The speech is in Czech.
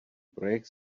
projekt